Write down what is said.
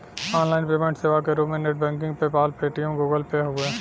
online payment सेवा क रूप में net banking PayPal, Paytm, Google Pay हउवे